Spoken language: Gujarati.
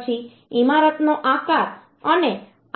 પછી ઈમારતનો આકાર અને